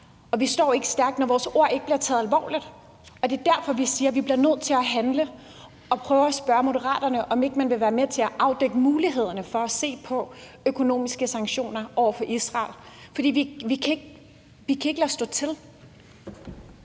Og vi står ikke stærkt, når vores ord ikke bliver taget alvorligt. Det er derfor, vi siger, at vi bliver nødt til at handle, og prøver at spørge Moderaterne, om ikke man vil være med til at afdække mulighederne for at se på økonomiske sanktioner over for Israel. For vi kan ikke lade stå til.